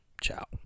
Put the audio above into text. ciao